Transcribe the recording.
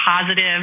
positive